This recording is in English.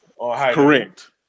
Correct